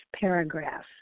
paragraph